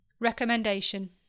recommendation